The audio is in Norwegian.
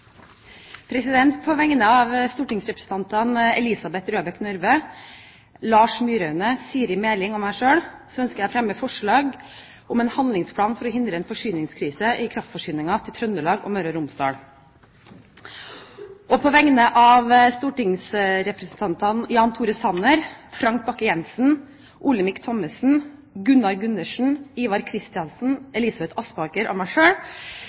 På vegne av stortingsrepresentantene Elisabeth Røbekk Nørve, Lars Myraune, Siri A. Meling, Bjørn Lødemel og meg selv ønsker jeg å fremme forslag om en handlingsplan for å hindre en forsyningskrise i kraftforsyningen til Trøndelag og Møre og Romsdal. På vegne av stortingsrepresentantene Jan Tore Sanner, Frank Bakke Jensen, Olemic Thommessen, Gunnar Gundersen, Ivar Kristiansen, Elisabeth Aspaker, Svein Harberg og meg